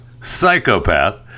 psychopath